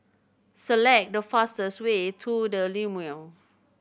select the fastest way to The Lumiere